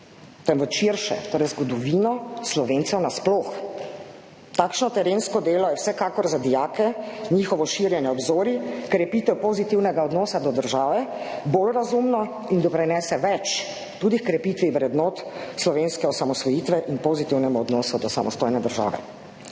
temveč širše, torej zgodovino Slovencev nasploh. Takšno terensko delo je vsekakor za dijake, njihovo širjenje obzorij, krepitev pozitivnega odnosa do države bolj razumno in doprinese več tudi h krepitvi vrednot slovenske osamosvojitve in pozitivnemu odnosu do samostojne države.